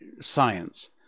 science